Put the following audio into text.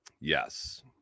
yes